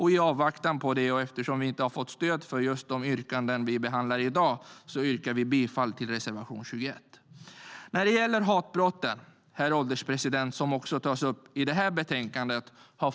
I avvaktan på det och eftersom vi inte har fått stöd för de yrkanden som behandlas i betänkandet yrkar jag bifall till vår reservation 21. Herr ålderspresident! Hatbrotten tas också upp i det här betänkandet.